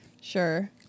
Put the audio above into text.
Sure